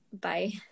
Bye